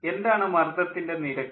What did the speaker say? എന്താണ് മർദ്ദത്തിൻ്റെ നിരക്ക്